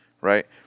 right